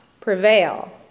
prevail